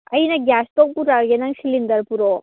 ꯑꯩꯅ gas stock ꯄꯨꯔꯛꯑꯒꯦ ꯅꯪ ꯁꯤꯂꯤꯟꯗꯔ ꯄꯨꯔꯛꯑꯣ